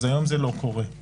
היום זה לא קורה.